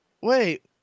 Wait